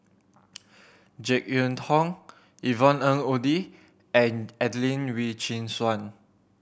Jek Yeun Thong Yvonne Ng Uhde and Adelene Wee Chin Suan